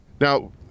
Now